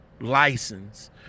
license